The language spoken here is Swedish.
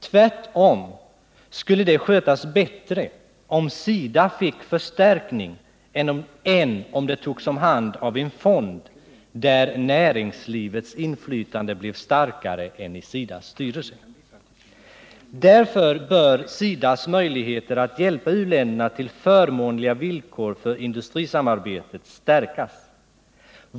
Tvärtom skulle det skötas bättre om SIDA fick förstärkning än om det togs om hand av en fond, där näringslivets inflytande blir starkare än i SIDA:s styrelse. Därför bör SIDA:s möjligheter att hjälpa u-länderna till förmånliga villkor för industrisamarbetet stärkas.